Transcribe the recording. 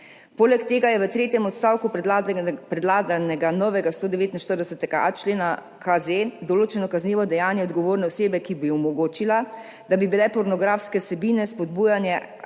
Poleg tega je v tretjem odstavku predlaganega novega 149.a člena KZ določeno kaznivo dejanje odgovorne osebe, ki bi omogočila, da bi bile pornografske vsebine, spodbujanje